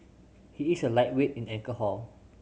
he is a lightweight in alcohol